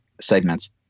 segments